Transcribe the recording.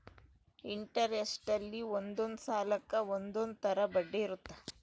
interest ಅಲ್ಲಿ ಒಂದೊಂದ್ ಸಾಲಕ್ಕ ಒಂದೊಂದ್ ತರ ಬಡ್ಡಿ ಇರುತ್ತ